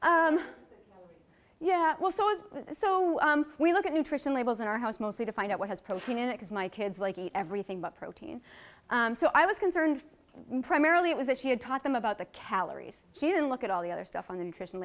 yeah well so as so we look at nutrition labels in our house mostly to find out what has protein in it as my kids like eat everything but protein so i was concerned primarily it was that she had taught them about the calories she didn't look at all the other stuff on the nutrition